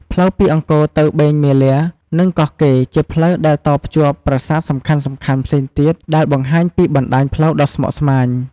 ផ្លូវពីអង្គរទៅបេងមាលា និងកោះកេរ្ដិ៍ ជាផ្លូវដែលតភ្ជាប់ប្រាសាទសំខាន់ៗផ្សេងទៀត ដែលបង្ហាញពីបណ្ដាញផ្លូវដ៏ស្មុគស្មាញ។